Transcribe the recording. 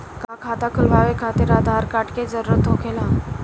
का खाता खोले खातिर आधार कार्ड के भी जरूरत होखेला?